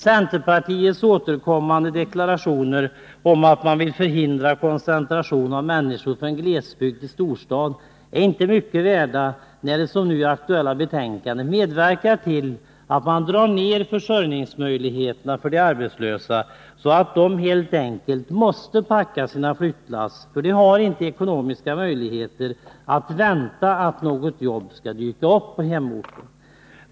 Centerpartiets återkommande deklarationer att partiet vill hindra koncentration av människor från glesbygd till storstad är inte mycket värda, när centerpartisterna, som nu när det gäller det aktuella betänkandet, medverkar till att försämra försörjningsmöjligheterna för de arbetslösa, så att dessa helt enkelt måste packa sina flyttlass. De har ju inte ekonomiska möjligheter att vänta tills något arbete dyker upp på hemorten.